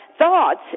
thoughts